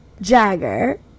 Jagger